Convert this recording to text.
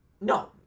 No